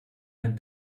ein